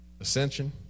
Ascension